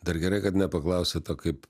dar gerai kad nepaklausėt o kaip